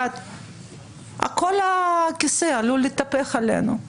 כל הכיסא עלול להתהפך עלינו.